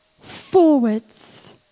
forwards